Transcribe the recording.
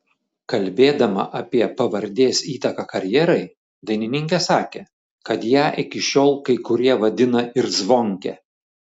kalbėdama apie pavardės įtaką karjerai dainininkė sakė kad ją iki šiol kai kurie vadina ir zvonke